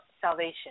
salvation